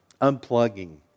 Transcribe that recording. unplugging